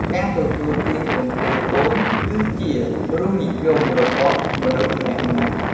ការទទួលទានពងទាកូន គឺជារសនិយមរបស់មនុស្សម្នាក់ៗ។